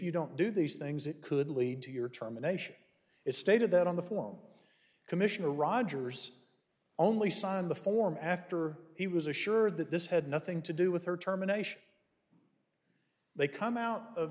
you don't do these things it could lead to your terminations it stated that on the form commissioner rogers only signed the form after he was assured that this had nothing to do with her terminations they come out of